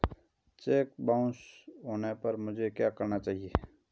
Check bounce होने पर मुझे क्या करना चाहिए?